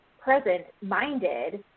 present-minded